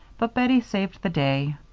but bettie saved the day.